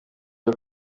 iyo